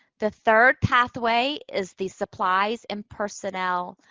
the third pathway is the supplies and personnel,